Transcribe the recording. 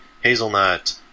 hazelnut